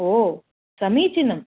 ओ समीचीनम्